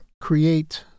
create